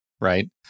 Right